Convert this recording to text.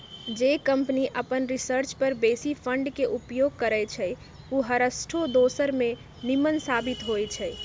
जे कंपनी अप्पन रिसर्च पर बेशी फंड के उपयोग करइ छइ उ हरसठ्ठो दोसर से निम्मन साबित होइ छइ